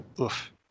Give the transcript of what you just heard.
oof